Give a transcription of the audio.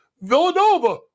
Villanova